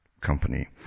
Company